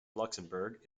luxemburg